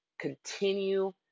continue